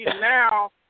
now